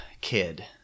kid